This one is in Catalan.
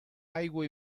aigua